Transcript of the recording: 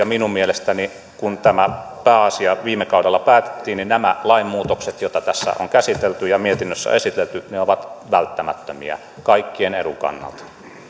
minun mielestäni kun tämä pääasia viime kaudella päätettiin nämä lainmuutokset joita tässä on käsitelty ja mietinnössä esitelty ovat välttämättömiä kaikkien edun kannalta